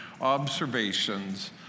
observations